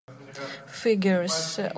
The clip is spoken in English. figures